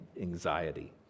anxiety